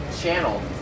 channel